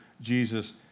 Jesus